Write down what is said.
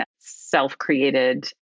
self-created